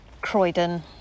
croydon